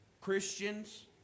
Christians